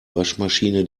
waschmaschine